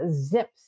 zips